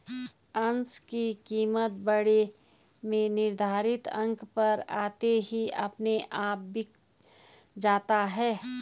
अंश की कीमत बाड़े में निर्धारित अंक पर आते ही अपने आप बिक जाता है